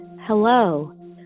hello